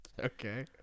Okay